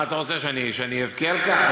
מה אתה רוצה, שאני אבכה על כך?